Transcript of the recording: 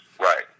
Right